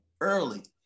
early